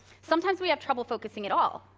sometimes we have trouble focusing at all,